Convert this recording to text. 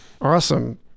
Awesome